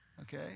Okay